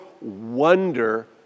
wonder